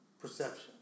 perception